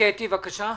קטי, בבקשה.